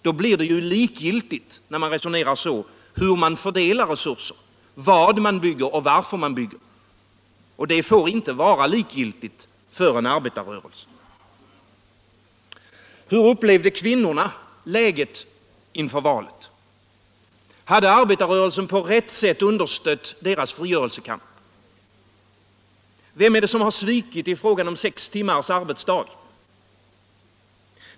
När man resonerar så blir det ju likgiltigt hur man fördelar resurser, vad man bygger och varför man bygger. Det får inte vara likgiltigt för en arbetarrörelse. Hur upplevde kvinnorna läget inför valet? Hade arbetarrörelsen på rätt sätt understött deras frigörelsekamp? Vem har svikit i frågan om sex timmars arbetsdag?